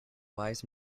wise